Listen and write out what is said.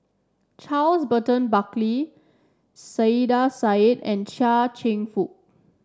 Charles Burton Buckley Saiedah Said and Chia Cheong Fook